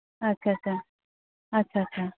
ᱟᱪᱪᱷᱟ ᱪᱷᱟ ᱪᱷᱟ ᱟᱪᱪᱷᱟ ᱪᱷᱟ